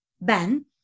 Ben